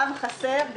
גם חסר,